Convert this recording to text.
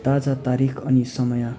ताजा तारिख अनि समय